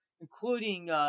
including